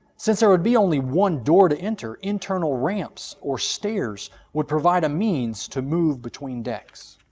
since there would be only one door to enter, internal ramps or stairs would provide a means to move between decks.